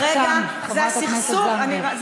זמנך תם, חברת הכנסת זנדברג.